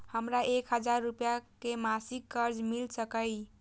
हमरा एक हजार रुपया के मासिक कर्ज मिल सकिय?